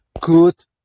good